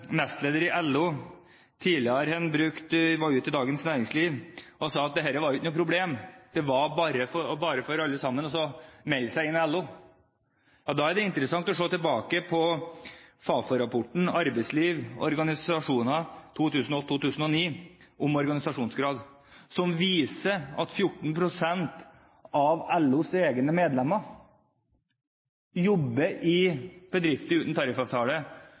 i LO tidligere har vært ute i Dagens Næringsliv og sagt at dette ikke var noe problem, det var bare for alle sammen å melde seg inn i LO. Da er det interessant å se tilbake på Fafo-rapporten Arbeidslivets organisasjoner 2008/2009, om organisasjonsgrad, som viser at 14 pst. av LOs egne medlemmer jobber i bedrifter uten tariffavtale